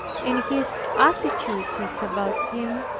in his assiduities about him,